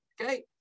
Okay